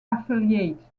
affiliate